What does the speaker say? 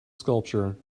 sculpture